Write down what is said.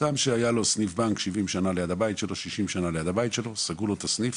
אדם שהיה לו 60-70 שנים ליד הבית שלו סגרו לו את הסניף,